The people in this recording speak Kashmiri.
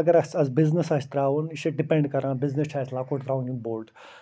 اَگر اَسہِ آسہِ بِزنِس آسہِ ترٛاوُن یہِ چھِ ڈِپٮ۪نٛڈ کران بِزنِس چھےٚ اَسہِ لۄکُٹ ترٛاوُن بوٚڈ